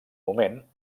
moment